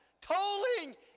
tolling